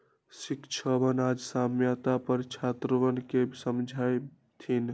शिक्षकवन आज साम्यता पर छात्रवन के समझय थिन